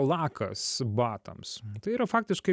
lakas batams tai yra faktiškai